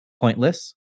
pointless